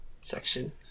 section